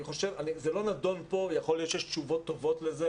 זה לא נדון פה ויכולות להיות תשובות לזה,